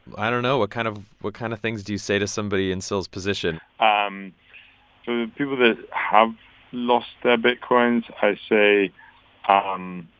i don't know. what kind of what kind of things do you say to somebody in syl's position? um people that have lost their bitcoins i say ah um